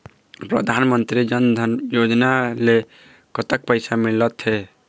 परधानमंतरी जन धन योजना ले कतक पैसा मिल थे?